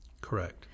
Correct